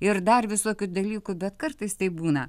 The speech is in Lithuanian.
ir dar visokių dalykų bet kartais taip būna